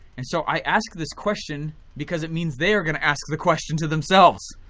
and so i ask this question because it means they are gonna ask the question to themselves.